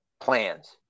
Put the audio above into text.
plans